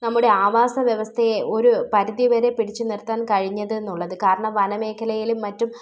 നമ്മുടെ ആവാസ വ്യവസ്ഥയെ ഒരു പരിധി വരെ പിടിച്ചു നിര്ത്താന് കഴിഞ്ഞതെന്നുള്ളത് കാരണം വന മേഘലയിലും മറ്റും